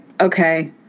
okay